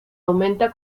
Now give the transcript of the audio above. aumenta